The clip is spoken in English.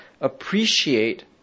appreciate